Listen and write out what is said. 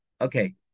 okay